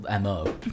MO